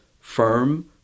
firm